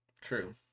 true